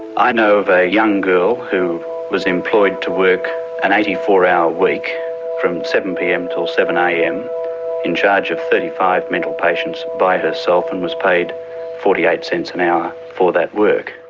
i know of a young girl who was employed to work an eighty four hour week from seven pm till seven am in charge of thirty five mental patients, by herself, and was paid forty eight cents an hour for that work.